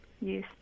Yes